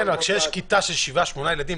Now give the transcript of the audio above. רק שיש כיתה של שבעה-שמונה ילדים,